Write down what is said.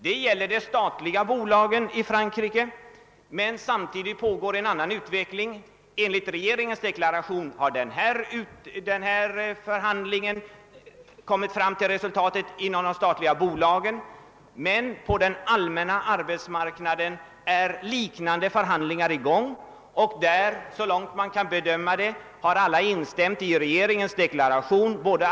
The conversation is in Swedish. Detta gäller de statliga bolagen i Frankrike, men samtidigt pågår en annan utveckling. Enligt en regeringsdeklaration pågår liknande förhandlingar på den allmänna arbetsmarknaden; där har enligt vad man kan bedöma både arbetsgivare och löntagare instämt med regeringens deklaration.